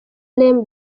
remy